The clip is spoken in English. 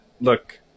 look